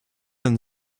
and